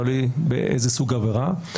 תלוי באיזה סוג עבירה.